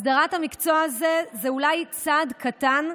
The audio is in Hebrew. הסדרת המקצוע הזה היא אולי צעד קטן,